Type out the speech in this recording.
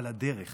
אבל הדרך